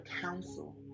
counsel